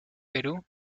perú